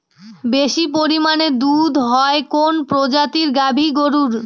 বেশি পরিমানে দুধ হয় কোন প্রজাতির গাভি গরুর?